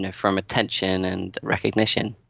ah from attention and recognition.